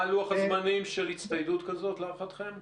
מה לוח הזמנים של הצטיידות כזו, להערכתכם?